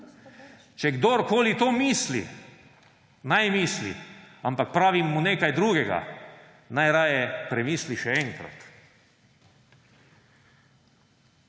Če kdorkoli to misli, naj misli, ampak pravim mu nekaj drugega – naj raje premisli še enkrat.